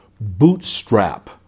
bootstrap